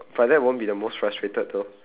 but that won't be the most frustrated though